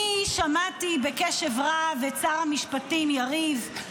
אני שמעתי בקשר רב את שר המשפטים יריב.